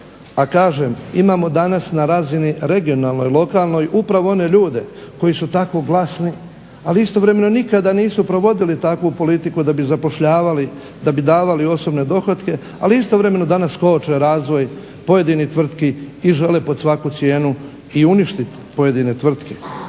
a kažem imamo danas na razini regionalnoj, lokalnoj upravo one ljude koji su tako glasni a istovremeno nikada nisu provodili takvu politiku da bi zapošljavali da bi davali osobne dohotke ali istovremeno danas koče razvoj pojedinih tvrtki i žele pod svaku cijenu i uništiti pojedine tvrtke.